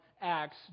Acts